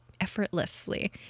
effortlessly